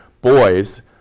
boys